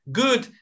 good